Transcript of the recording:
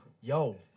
Yo